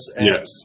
Yes